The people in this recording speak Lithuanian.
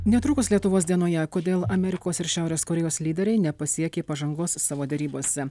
netrukus lietuvos dienoje kodėl amerikos ir šiaurės korėjos lyderiai nepasiekė pažangos savo derybose